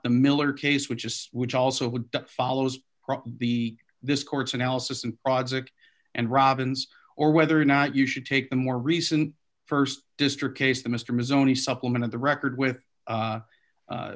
the miller case which is which also would follows the this court's analysis and project and robbins or whether or not you should take the more recent st district case the mr ms only supplement the record with